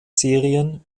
serien